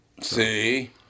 See